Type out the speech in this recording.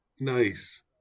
nice